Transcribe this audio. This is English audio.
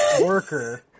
worker